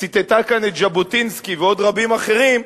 שציטטה כאן את ז'בוטינסקי ועוד רבים אחרים,